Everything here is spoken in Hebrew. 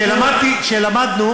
כשלמדנו,